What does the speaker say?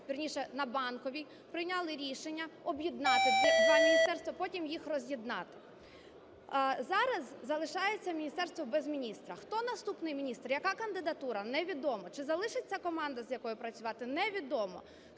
вірніше, на Банковій прийняли рішення об'єднати два міністерства, потім їх роз'єднати. Зараз залишається міністерство без міністра. Хто наступний міністр? Яка кандидатура – невідомо. Чи залишиться команда, з якою працювати? Невідомо.